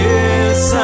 Yes